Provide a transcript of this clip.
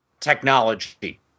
technology